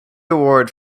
award